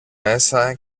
μέσα